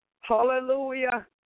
Hallelujah